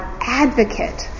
advocate